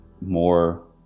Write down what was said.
more